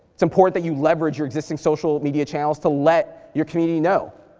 it's important that you leverage your existing social media channels to let your community know.